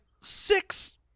six